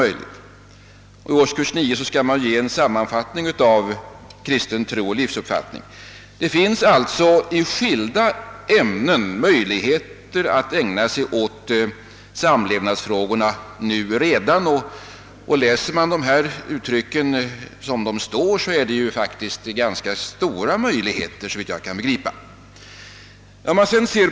I årskurs 9 skall man ge en sammanfattning av kristen tro och livsuppfattning. Det finns alltså i skilda ämnen möjligheter att ägna sig åt samlevnadsfrågorna redan nu. Läser man bestämmelserna är dessa möjligheter såvitt jag förstår faktiskt ganska stora.